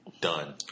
done